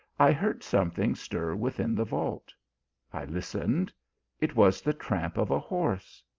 i heard something stir within the vault i listened it was the tramp of a horse.